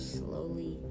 slowly